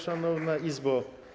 Szanowna Izbo!